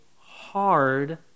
hard